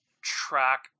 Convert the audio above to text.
track